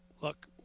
look